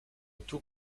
tout